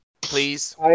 Please